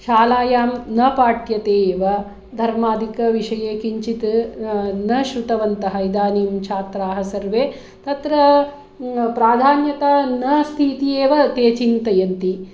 शालायां न पाठ्यते एव धर्मादिविषये किञ्चित् न श्रुतवन्तः इदानीं छात्राः सर्वे तत्र प्राधान्यता नास्ति इति एव ते चिन्तयन्ति